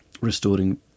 restoring